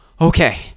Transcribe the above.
Okay